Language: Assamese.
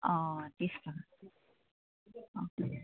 অঁ ত্ৰিছ টকা অঁ ত্ৰিছ